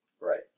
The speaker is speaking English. Right